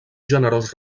generós